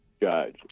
judge